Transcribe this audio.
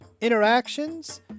interactions